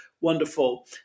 wonderful